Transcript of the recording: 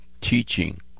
teaching